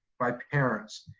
by parents.